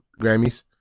Grammys